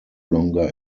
longer